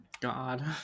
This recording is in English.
God